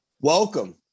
Welcome